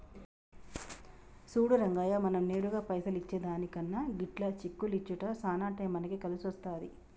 సూడు రంగయ్య మనం నేరుగా పైసలు ఇచ్చే దానికన్నా గిట్ల చెక్కులు ఇచ్చుట్ల సాన టైం మనకి కలిసొస్తాది